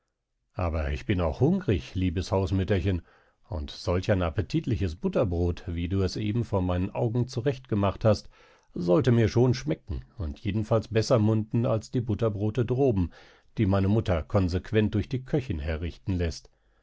aber ich bin auch hungrig liebes hausmütterchen und solch ein appetitliches butterbrot wie du es eben vor meinen augen zurechtgemacht hast sollte mir schon schmecken und jedenfalls besser munden als die butterbrote droben die meine mutter konsequent durch die köchin herrichten läßt